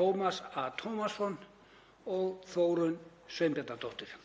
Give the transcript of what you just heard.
Tómas A. Tómasson og Þórunn Sveinbjarnardóttir.